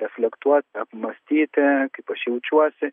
reflektuot apmąstyti kaip aš jaučiuosi